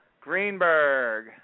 Greenberg